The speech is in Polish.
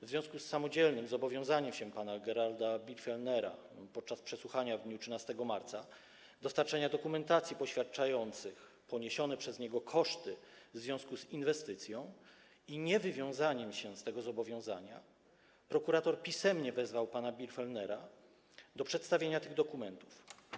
W związku z samodzielnym zobowiązaniem się przez pana Geralda Birgfellnera podczas przesłuchania w dniu 13 marca do dostarczenia dokumentacji poświadczających poniesione przez niego koszty w związku z inwestycją i niewywiązaniem się z tego zobowiązania prokurator pisemnie wezwał pana Birgfellnera do przedstawienia tych dokumentów.